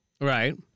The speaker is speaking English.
Right